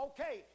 Okay